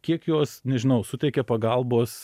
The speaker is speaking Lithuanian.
kiek jos nežinau suteikė pagalbos